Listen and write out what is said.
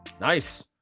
nice